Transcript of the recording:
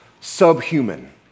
subhuman